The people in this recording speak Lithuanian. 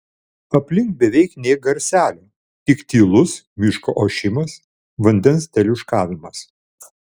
aplink beveik nė garselio tik tylus miško ošimas vandens teliūškavimas